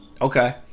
Okay